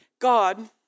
God